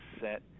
set